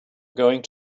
going